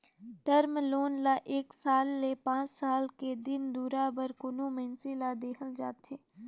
term loan ल एक साल ले पांच साल तक के दिन दुरा बर कोनो मइनसे ल देहल जाथे